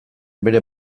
bere